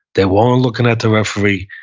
they weren't looking at the referee.